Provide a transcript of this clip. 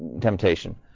temptation